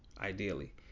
ideally